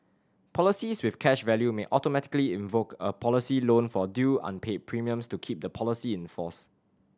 policies with cash value may automatically invoke a policy loan for due unpaid premiums to keep the policy in force